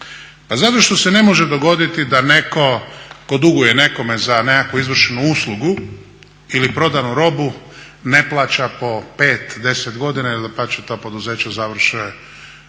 zato što se ne može dogoditi da netko tko duguje nekome za nekakvu izvršenu uslugu ili prodanu robu ne plaća po 5, 10 godina ili dapače ta poduzeća završe